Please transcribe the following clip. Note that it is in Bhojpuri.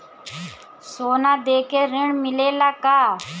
सोना देके ऋण मिलेला का?